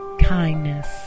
kindness